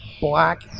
Black